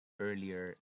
earlier